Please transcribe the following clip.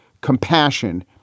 compassion